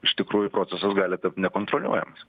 iš tikrųjų procesas gali tapt nekontroliuojamas